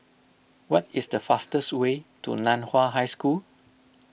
what is the fastest way to Nan Hua High School